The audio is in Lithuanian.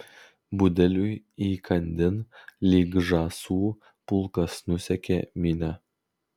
budeliui įkandin lyg žąsų pulkas nusekė minia